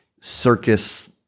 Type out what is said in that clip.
circus